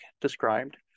described